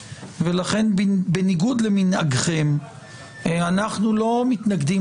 ולכן בניגוד למנהגכם אנחנו לא מתנגדים